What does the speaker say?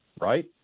right